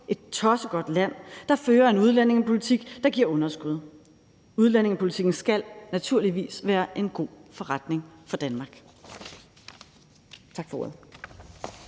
et tossegodt land, der fører en udlændingepolitik, der giver underskud. Udlændingepolitikken skal naturligvis være en god forretning for Danmark. Tak for ordet.